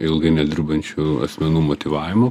ilgai nedirbančių asmenų motyvavimo